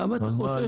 למה אתה חושש?